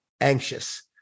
anxious